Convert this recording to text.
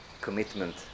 commitment